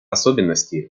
особенности